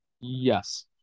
Yes